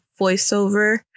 voiceover